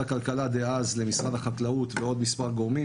הכלכלה דאז לבין משרד החקלאות ועוד מספר גורמים,